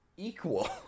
Equal